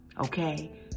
okay